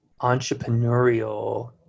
entrepreneurial